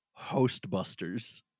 Hostbusters